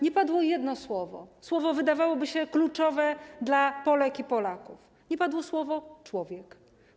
Nie padło jedno słowo, słowo, wydawałoby się, kluczowe dla Polek i Polaków, nie padło słowo: człowiek.